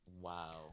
Wow